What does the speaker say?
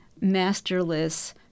masterless